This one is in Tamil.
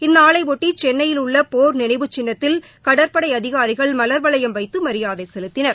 இந்நாளையொட்டிசென்னையிலுள்ளபோர் நினைவுச் சின்னத்தில் கடற்படைஅதிகாரிகள் மலாவளையம் வைத்தமரியாதைசெலுத்தினர்